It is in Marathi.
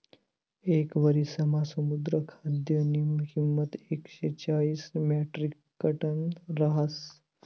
येक वरिसमा समुद्र खाद्यनी किंमत एकशे चाईस म्याट्रिकटन रहास